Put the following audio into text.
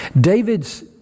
David's